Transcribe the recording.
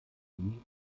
sie